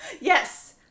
Yes